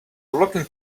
looking